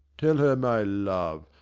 tell her my love,